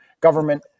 government